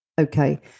Okay